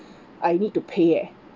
I need to pay leh